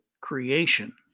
creation